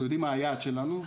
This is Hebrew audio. אנחנו יודעים מה היעד שלנו,